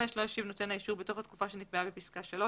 לא השיב נותן האישור בתוך התקופה שנקבעה בפסקה (3),